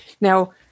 Now